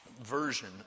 version